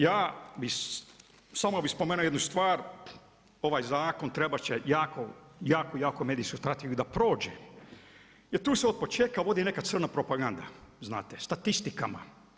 Ja bih samo spomenuo jednu stvar, ovaj zakon trebat će jako, jako medijsku strategiju da prođe jer tu se od početka vodi neka crna propaganda znate, statistikama.